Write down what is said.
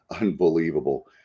unbelievable